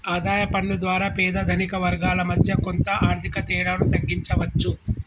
ఆదాయ పన్ను ద్వారా పేద ధనిక వర్గాల మధ్య కొంత ఆర్థిక తేడాను తగ్గించవచ్చు